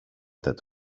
that